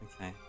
Okay